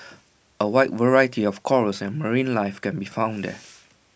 A wide variety of corals and marine life can be found there